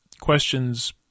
questions